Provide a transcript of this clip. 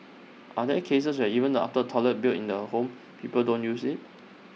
are there cases where even after toilet built in the home people don't use IT